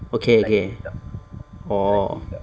okay okay orh